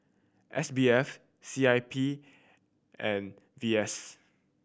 S B F C I P and V S